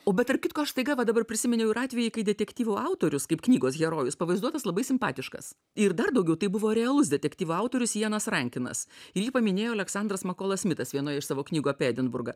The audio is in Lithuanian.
o bet tarp kitko aš staiga va dabar prisiminiau ir atvejį kai detektyvų autorius kaip knygos herojus pavaizduotas labai simpatiškas ir dar daugiau tai buvo realus detektyvų autorius ianas rankinas ir jį paminėjo aleksandras makolas smitas vienoje iš savo knygų apie edinburgą